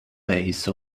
base